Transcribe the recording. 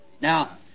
Now